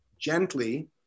gently